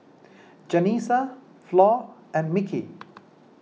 Janessa Flor and Mickey